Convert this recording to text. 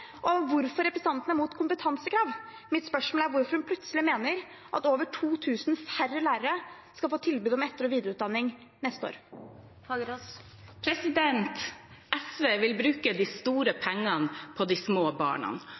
hvorfor hun er imot kompetansekrav – mitt spørsmål er: Hvorfor mener hun plutselig at over 2 000 færre lærere skal få tilbud om etter- og videreutdanning neste år? SV vil bruke de store pengene på de små barna.